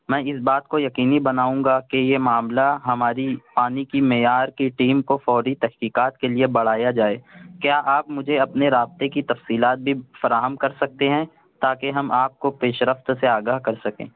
میں اس بات کو یقینی بناؤں گا کہ یہ معاملہ ہماری پانی کی معیار کی ٹیم کو فوری تحقیقات کے لیے بڑھایا جائے کیا آپ مجھے اپنے رابطے کی تفصیلات بھی فراہم کر سکتے ہیں تاکہ ہم آپ کو پیش رفت سے آگاہ کر سکیں